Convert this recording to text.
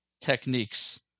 techniques